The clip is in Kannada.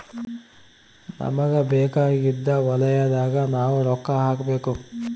ನಮಗ ಬೇಕಾಗಿದ್ದ ವಲಯದಾಗ ನಾವ್ ರೊಕ್ಕ ಹಾಕಬೇಕು